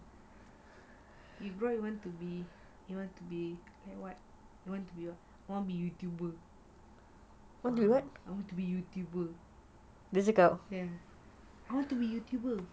you grow up you want to be what I want to be youtuber I want to be youtuber yes I want to be youtuber